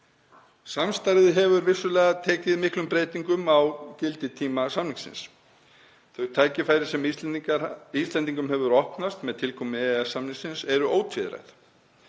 Samstarfið hefur vissulega tekið miklum breytingum á gildistíma samningsins. Þau tækifæri sem Íslendingum hefur opnast með tilkomu EES-samningsins eru ótvíræð.